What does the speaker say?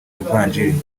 ivanjiri